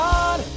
God